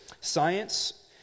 science